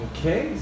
Okay